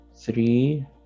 three